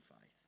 faith